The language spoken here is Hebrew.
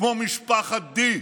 כמו משפחת די,